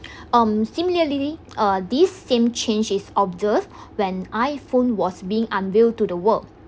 um similarly uh this same change is observed when iphone was being unveiled to the world